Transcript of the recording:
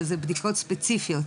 שזה בדיקות ספציפיות,